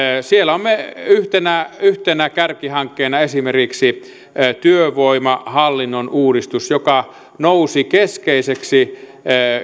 siellä on yhtenä yhtenä kärkihankkeena esimerkiksi työvoimahallinnon uudistus joka nousi keskeiseksi